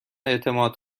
اعتماد